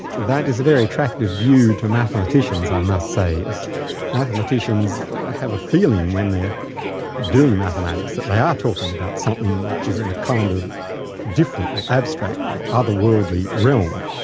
that is a very attractive view to mathematicians i must say. mathematicians have a feeling when they're doing mathematics that they are talking about something that is in a kind of different or abstract or other-worldly realm,